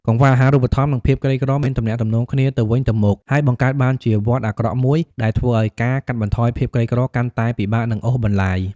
កង្វះអាហារូបត្ថម្ភ និងភាពក្រីក្រមានទំនាក់ទំនងគ្នាទៅវិញទៅមក ហើយបង្កើតបានជាវដ្តអាក្រក់មួយ ដែលធ្វើឱ្យការកាត់បន្ថយភាពក្រីក្រកាន់តែពិបាក និងអូសបន្លាយ។